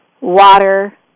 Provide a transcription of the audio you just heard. water